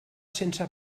sense